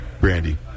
Brandy